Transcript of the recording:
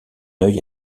œil